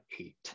eight